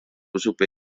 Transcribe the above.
chupe